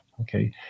Okay